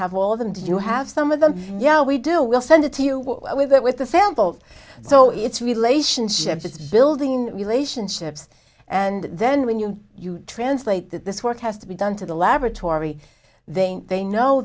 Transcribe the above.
have all of them do you have some of them yeah we do we'll send it to you with it with the fam fault so it's relationships it's building relationships and then when you translate that this work has to be done to the laboratory then they know